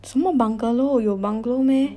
什么 bungalow 有 bungalow meh